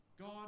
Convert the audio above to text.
God